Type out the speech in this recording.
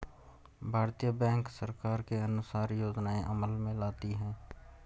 भारतीय बैंक सरकार के अनुसार योजनाएं अमल में लाती है